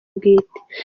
bwite